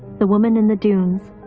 the woman in the dunes,